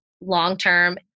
long-term